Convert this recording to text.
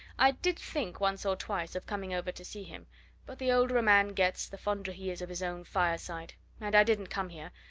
i did think, once or twice, of coming over to see him but the older a man gets, the fonder he is of his own fireside and i didn't come here,